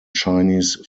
chinese